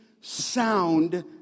sound